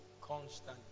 constantly